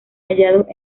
hallados